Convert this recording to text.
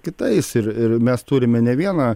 kitais ir ir mes turime ne vieną